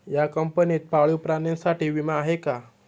या कंपनीत पाळीव प्राण्यांसाठी विमा आहे का?